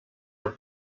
are